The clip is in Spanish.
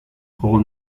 juego